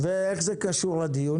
ואיך זה קשור לדיון?